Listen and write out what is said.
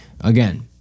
Again